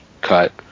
cut